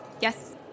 Yes